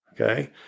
Okay